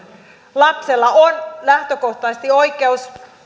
lapsella on lähtökohtaisesti oikeus